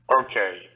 Okay